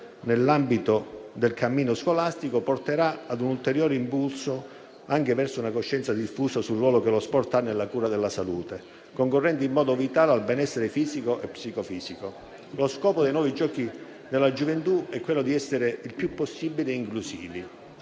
nell'ambito del cammino scolastico porterà a un ulteriore impulso anche verso una coscienza diffusa sul ruolo che lo sport ha nella cura della salute, concorrente in modo vitale al benessere fisico e psicofisico. Lo scopo dei Nuovi giochi della gioventù è di essere il più possibile inclusivi.